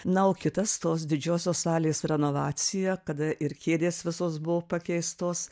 na o kitas tos didžiosios salės renovacija kada ir kėdės visos buvo pakeistos